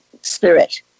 spirit